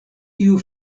tiu